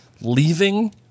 leaving